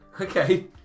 Okay